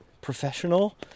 professional